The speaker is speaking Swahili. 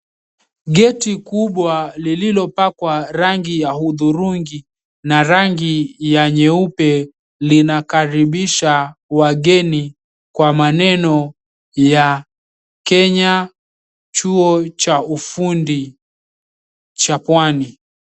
Geti kubwa lililopakwa rangi la hudhurungi na rangi la nyeupe linakaribisha wageni kwa maneno ya Kenya chuo cha ufundi cha pwani.